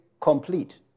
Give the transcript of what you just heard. complete